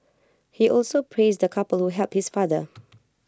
he also praised the couple helped his father